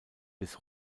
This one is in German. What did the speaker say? bis